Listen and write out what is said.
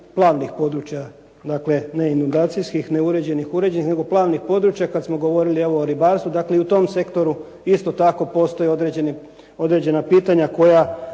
plavnih područja, dakle ne inulgacijskih, neuređenih, uređenih nego plavnih područja kad smo govorili evo o ribarstvu. Dakle, i u tom sektoru isto tako postoje određena pitanja koja